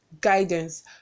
guidance